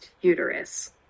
uterus